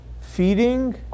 feeding